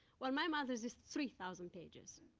well, my mother's is three thousand pages.